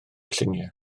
lluniau